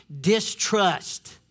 distrust